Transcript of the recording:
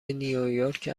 نیویورک